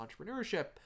entrepreneurship